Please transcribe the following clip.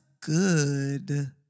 good